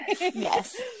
Yes